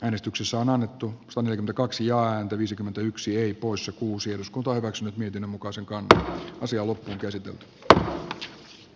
äänestyksissä on annettu sonja kaksi jaa ääntä viisikymmentäyksi eri koossa kuusi moskova hyväksynyt mietinnön mukaisen kantaa asiaan jatketaan lausumaehdotuksista äänestämistä